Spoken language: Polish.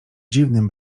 dziwnym